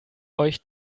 euch